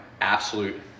absolute